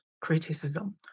criticism